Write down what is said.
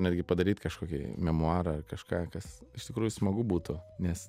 netgi padaryt kažkokį memuarą ar kažką kas iš tikrųjų smagu būtų nes